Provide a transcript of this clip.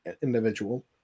individual